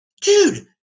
dude